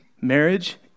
Marriage